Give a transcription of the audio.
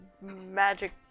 magic